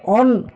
on